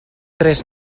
tres